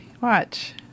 Watch